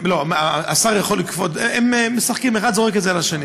לא, השר יכול, הם משחקים, אחד זורק את זה על השני.